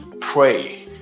pray